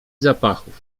zapachów